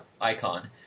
icon